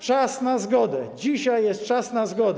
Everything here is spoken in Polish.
Czas na zgodę, dzisiaj jest czas na zgodę.